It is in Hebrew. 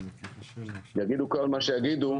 יגידו כל מה שיגידו,